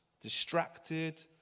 distracted